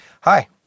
hi